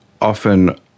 Often